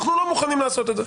אנחנו לא מוכנים לעשות את זה.